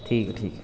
ٹھیک ہے ٹھیک ہے